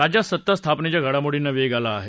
राज्यातील सत्ता स्थापनेच्या घडामोडींना वेग आला आहे